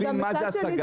את מקבלת תשובה.